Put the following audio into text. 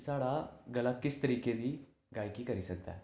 साढ़ा गला किस तरीके दी गायकी करी सकदा ऐ